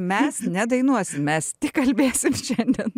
mes nedainuosim mes tik kalbėsim šiandien